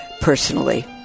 personally